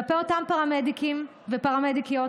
כלפי אותם פרמדיקים ופרמדיקיות,